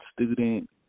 student